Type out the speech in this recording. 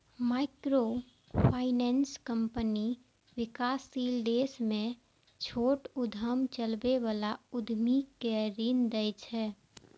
microfinance company विकासशील देश मे छोट उद्यम चलबै बला उद्यमी कें ऋण दै छै